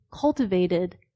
cultivated